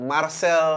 Marcel